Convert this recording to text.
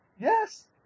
Yes